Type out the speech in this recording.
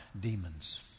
demons